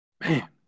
Man